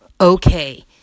okay